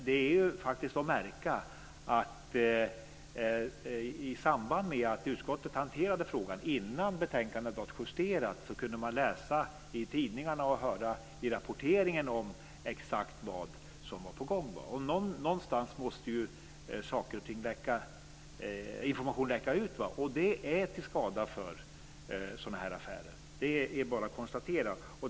Det är faktiskt att märka att i samband med att utskottet hanterade frågan och innan betänkandet var justerat kunde man läsa i tidningarna och höra i rapporteringen exakt om vad som var på gång. Någonstans måste information läcka ut. Det är till skada för sådana här affärer, det är bara att konstatera.